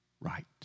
right